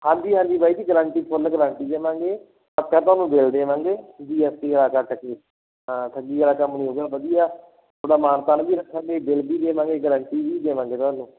ਹਾਂਜੀ ਹਾਂਜੀ ਬਾਈ ਜੀ ਗਰੰਟੀ ਫੁੱਲ ਗਰੰਟੀ ਦੇਵਾਂਗੇ ਪੱਕਾ ਤੁਹਾਨੂੰ ਬਿੱਲ ਦੇਵਾਂਗੇ ਜੀ ਐਸ ਟੀ ਵਾਲਾ ਕੱਟ ਕੇ ਹਾਂ ਠੱਗੀ ਵਾਲਾ ਕੰਮ ਨਹੀਂ ਹੋਊਗਾ ਵਧੀਆ ਤੁਹਾਡਾ ਮਾਣ ਤਾਣ ਵੀ ਰੱਖਾਂਗੇ ਬਿੱਲ ਵੀ ਦੇਵਾਂਗੇ ਗਾਰੰਟੀ ਵੀ ਦੇਵਾਂਗੇ ਤੁਹਾਨੂੰ